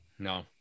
No